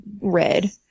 red